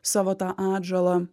savo tą atžalą